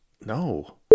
No